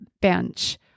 bench